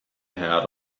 ahead